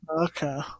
Okay